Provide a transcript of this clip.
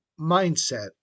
mindset